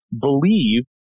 believe